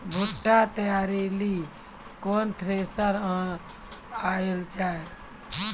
बूटा तैयारी ली केन थ्रेसर आनलऽ जाए?